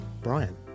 Brian